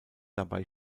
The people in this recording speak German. dabei